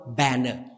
banner